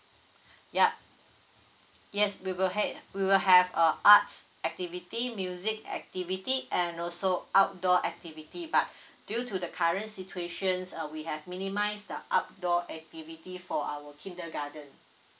yup yes we will have we will have uh arts activity music activity and also outdoor activity but due to the current situations uh we have minimize the outdoor activity for our kindergarten